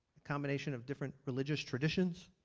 combination of different religious traditions.